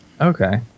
Okay